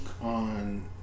on